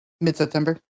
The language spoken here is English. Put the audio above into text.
mid-september